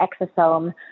exosome